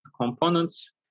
components